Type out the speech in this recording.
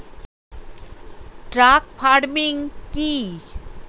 Truck farming কি?